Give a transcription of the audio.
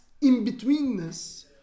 in-betweenness